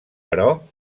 però